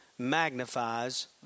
Magnifies